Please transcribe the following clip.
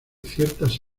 ciertas